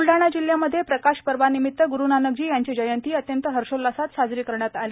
ब्लढाणा जिल्ह्यामध्ये प्रकाश पर्वानिमित ग्रुनानकजी यांची जयंती अत्यंत हर्षोल्हासात साजरी करण्यात आली